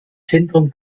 zentrum